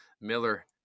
Miller